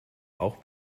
auch